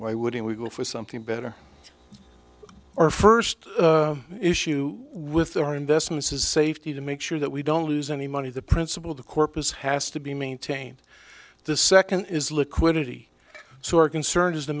why wouldn't we go for something better our first issue with our investments is safety to make sure that we don't lose any money the principle of the corpus has to be maintained the second is liquidity so our concern is to